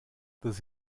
this